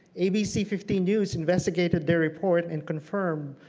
abc fifteen news investigated their report and confirmed,